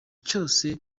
cyose